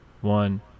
one